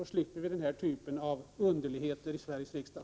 Då slipper vi underligheter av den här typen i Sveriges riksdag.